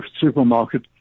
supermarket